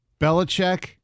Belichick